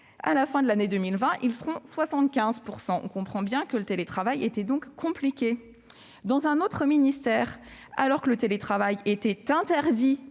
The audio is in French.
à la fin de l'année 2020. On comprend bien que le télétravail était compliqué ... Dans un autre ministère, alors que le télétravail était interdit